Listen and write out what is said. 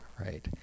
right